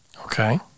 Okay